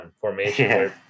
formation